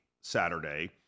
Saturday